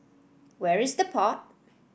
where is The Pod